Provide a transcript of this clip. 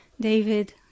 David